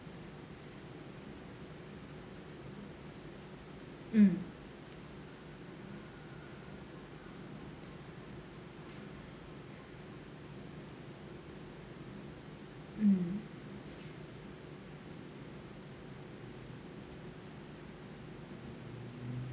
mm mm